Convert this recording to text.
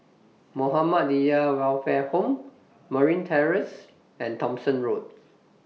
Muhammadiyah Welfare Home Marine Terrace and Thomson Road